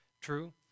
True